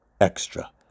extra